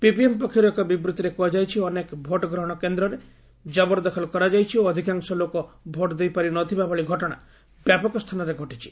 ppm ପକ୍ଷରୁ ଏକ ବିବୃଭିରେ କୁହାଯାଇଛି ଅନେକ ଭୋଟ ଗ୍ରହଣ କେନ୍ଦ୍ରରେ ଜବରଦଖଲ କରାଯାଇଛି ଓ ଅଧିକାଂଶ ଲୋକ ଭୋଟ ଦେଇ ପାରିନଥିବା ଭଳି ଘଟଣା ବ୍ୟାପକ ସ୍ଥାନରେ ଘଟିଛି